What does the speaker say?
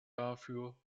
dafür